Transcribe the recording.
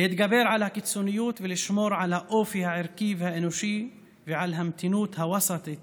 להתגבר על הקיצוניות ולשמור על האופי הערכי והאנושי ועל המתינות הווסטית